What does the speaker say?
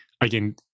again